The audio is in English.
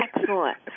Excellent